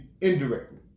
indirectly